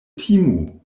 timu